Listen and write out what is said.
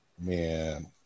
man